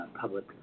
Public